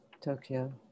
Tokyo